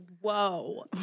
whoa